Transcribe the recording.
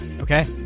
Okay